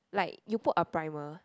like you put a primer